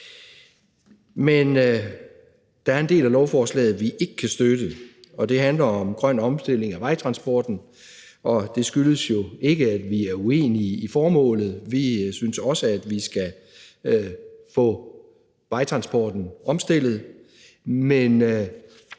Men der er en del af lovforslaget, vi ikke kan støtte, og det handler om grøn omstilling af vejtransporten. Det skyldes jo ikke, at vi er uenige i formålet. Vi synes også, at vi skal få vejtransporten omstillet,